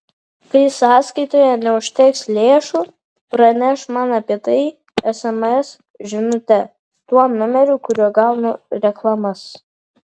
kai sąskaitoje neužteks lėšų praneš man apie tai sms žinute tuo numeriu kuriuo gaunu reklamas